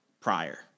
prior